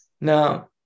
Now